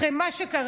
אחרי מה שקרה,